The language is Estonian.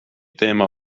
teema